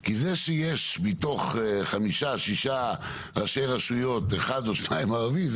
כי זה שיש מתוך חמישה שישה ראשי רשויות אחד או שניים ערבים,